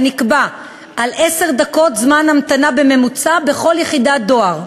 ונקבע על עשר דקות זמן המתנה בממוצע בכל יחידת דואר.